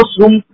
room